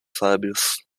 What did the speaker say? sábios